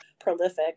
prolific